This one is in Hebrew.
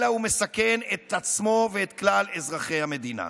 אלא הוא מסכן את עצמו ואת כלל אזרחי המדינה.